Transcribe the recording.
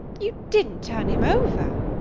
you didn't turn him over?